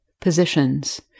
positions